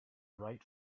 right